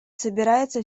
собирается